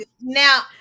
Now